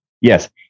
Yes